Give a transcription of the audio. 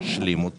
להשלים את